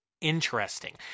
interesting